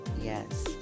yes